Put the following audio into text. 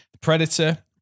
Predator